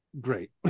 great